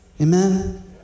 Amen